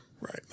Right